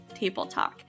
tabletalk